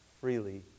freely